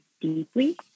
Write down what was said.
deeply